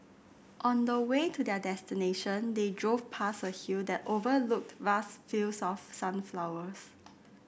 on the way to their destination they drove past a hill that overlooked vast fields of sunflowers